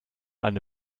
eine